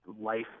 Life